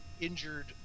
injured